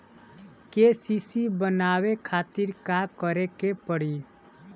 KCC बनवावे खातिर का करे के पड़ी?